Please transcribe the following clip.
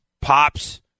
Pops